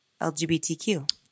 LGBTQ